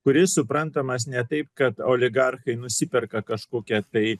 kuris suprantamas ne taip kad oligarchai nusiperka kažkokią tai